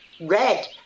Red